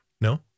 No